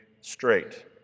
straight